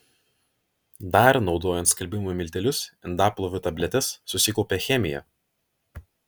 dar naudojant skalbimo miltelius indaplovių tabletes susikaupia chemija